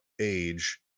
age